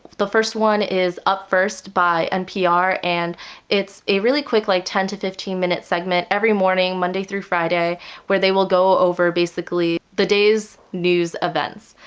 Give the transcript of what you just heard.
the first one is up first by npr and it's a really quick like ten fifteen minute segment every morning monday through friday where they will go over basically the day's news events.